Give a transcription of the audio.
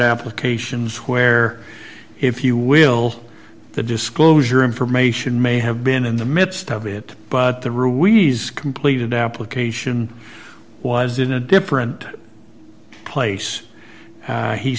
applications where if you will the disclosure information may have been in the midst of it but the ruiz completed application was in a different place